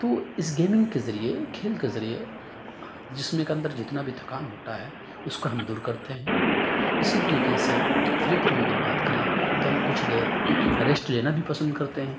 تو اس گیمنگ کے ذریعے کھیل کے ذریعے جسم کے اندر جتنا بھی تھکان ہوتا ہے اس کو ہم دور کرتے ہیں اسی طریقے سے فری وقت میں اگر بات کریں تو ہم کچھ دیر ریسٹ لینا بھی پسند کرتے ہیں